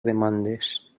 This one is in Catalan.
demandes